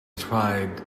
tried